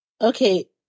Okay